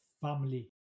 family